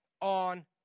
on